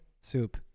soup